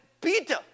Peter